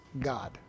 God